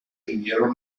vivieron